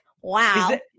Wow